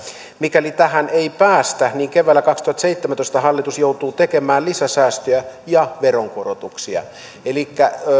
mikäli tähän ei päästä niin keväällä kaksituhattaseitsemäntoista hallitus joutuu tekemään lisäsäästöjä ja veronkorotuksia elikkä